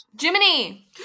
Jiminy